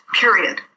period